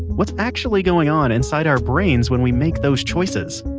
what's actually going on inside our brains when we make those choices?